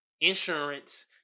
Insurance